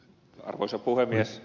arvoisa puhemies